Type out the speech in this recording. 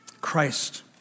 Christ